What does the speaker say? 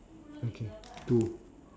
okay two